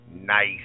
Nice